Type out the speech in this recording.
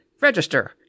register